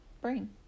brain